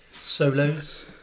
solos